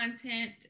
content